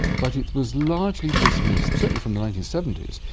but it was largely dismissed, certainly from the nineteen seventy s,